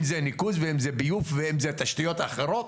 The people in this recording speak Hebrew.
אם זה ניקוז, ביוב ואם אלו תשתיות אחרות.